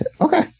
okay